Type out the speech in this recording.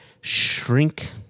shrink